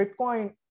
Bitcoin